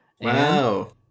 Wow